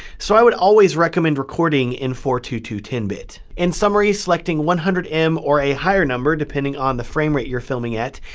so i would always recommend recording in four two two ten bit. in summary, selecting one hundred m or a higher number, depending on the frame rate you're filming at,